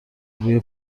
بوی